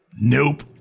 Nope